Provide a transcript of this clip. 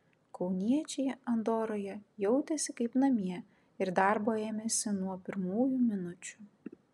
kauniečiai andoroje jautėsi kaip namie ir darbo ėmėsi nuo pirmųjų minučių